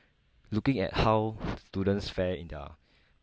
looking at how students fair in their